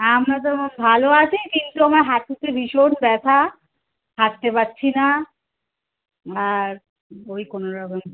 হ্যাঁ আমরা তো ভালো আছি কিন্তু আমার হাঁটুতে ভীষণ ব্যথা হাঁটতে পারছি না আর ওই কোনো রকমে